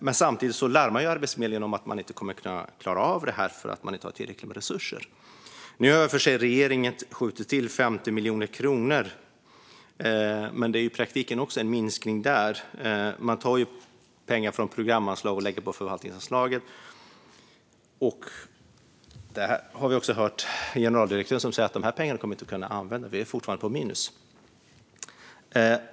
Men samtidigt larmar Arbetsförmedlingen om att man inte kommer att kunna klara av det för att man inte har tillräckligt med resurser. Nu har i och för sig regeringen skjutit till 50 miljoner kronor, men det är i praktiken en minskning också där. Ni tar ju pengar från programanslaget och lägger på förvaltningsanslaget. Vi har också hört generaldirektören säga att man inte kommer att kunna använda de här pengarna. Man är fortfarande på minus.